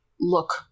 look